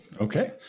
Okay